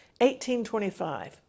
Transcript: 18.25